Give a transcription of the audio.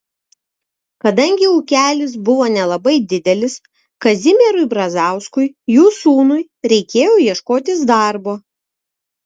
kadangi ūkelis buvo nelabai didelis kazimierui brazauskui jų sūnui reikėjo ieškotis darbo